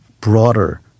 broader